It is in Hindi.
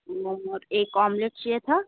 मोमोज एक ऑमलेट चाहिए था